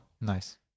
Nice